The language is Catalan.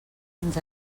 ens